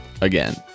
Again